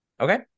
Okay